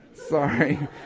sorry